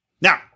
Now